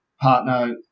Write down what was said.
partner